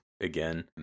again